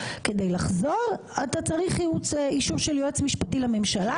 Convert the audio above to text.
כדי לחזור אתה צריך אישור של יועץ משפטי לממשלה.